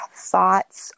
thoughts